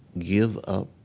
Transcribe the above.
give up